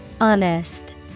Honest